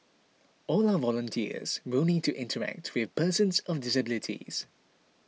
all our volunteers will need to interact with persons of disabilities